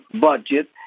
budget